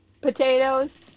potatoes